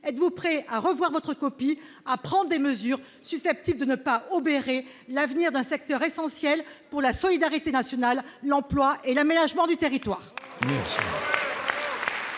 êtes-vous prêt à revoir votre copie à prendre des mesures susceptibles de ne pas obérer l'avenir d'un secteur essentiel pour la solidarité nationale, l'emploi et l'aménagement du territoire.